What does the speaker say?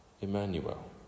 Emmanuel